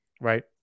Right